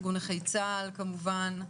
ארגון נכי צה"ל כמובן,